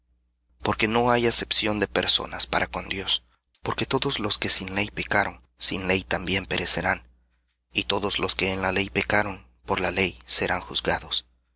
porque no hay acepción de personas para con dios porque todos los que sin ley pecaron sin ley también perecerán y todos los que en la ley pecaron por la ley serán juzgados